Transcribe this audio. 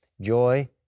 joy